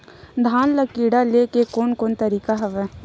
धान ल कीड़ा ले के कोन कोन तरीका हवय?